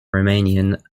romanian